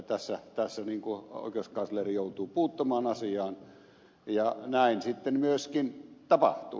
tässä niin kuin oikeuskansleri joutui puuttumaan asiaan ja näin sitten myöskin tapahtui